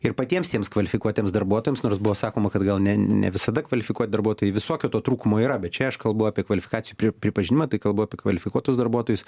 ir patiems tiems kvalifikuotiems darbuotojams nors buvo sakoma kad gal ne ne visada kvalifikuot darbuotojai visokio to trūkumų yra bet čia aš kalbu apie kvalifikacijų pri pripažinimą tai kalbu apie kvalifikuotus darbuotojus